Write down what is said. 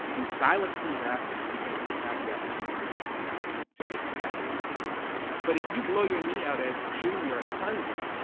we silenced these athletes because they have the opportunity to and make so much money, to make that much money but if you blow your knee out as a junior at clemson.